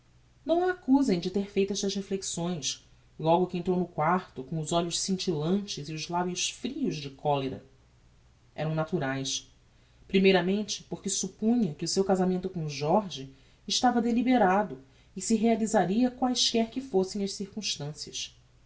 não a accusem de ter feito estas reflexões logo que entrou no quarto com os olhos scintillantes e os labios frios de colera eram naturaes primeiramente porque suppunha que o seu casamento com jorge estava deliberado e se realisaria quaesquer que fossem as circumstancias